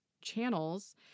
channels